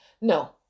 No